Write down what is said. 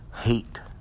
hate